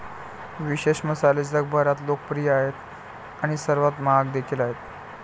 विशेष मसाले जगभरात लोकप्रिय आहेत आणि ते सर्वात महाग देखील आहेत